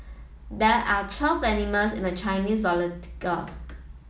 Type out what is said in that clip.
there are twelve animals in the Chinese